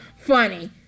funny